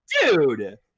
dude